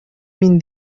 мин